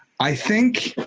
i think